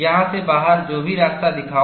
यहाँ से बाहर जो भी रास्ता दिखाओ